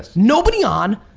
nobody on.